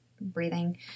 breathing